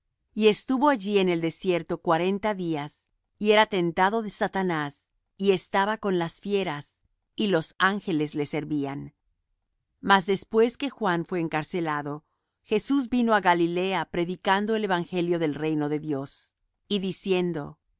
y estuvo allí en el desierto cuarenta días y era tentado de satanás y estaba con las fieras y los ángeles le servían mas después que juan fué encarcelado jesús vino á galilea predicando el evangelio del reino de dios y diciendo